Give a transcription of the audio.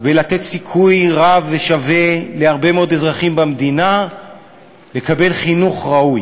ולתת סיכוי רב ושווה להרבה מאוד אזרחים במדינה לקבל חינוך ראוי.